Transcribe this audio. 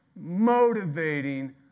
motivating